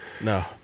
No